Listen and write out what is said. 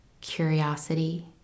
curiosity